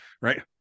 right